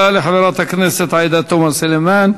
אני, עאידה תומא סלימאן,